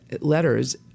letters